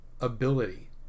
ability